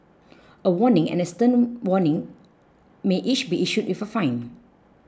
a warning and a stern warning may each be issued with a fine